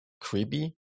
creepy